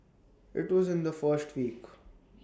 IT was in the first week